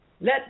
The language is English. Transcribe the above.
Let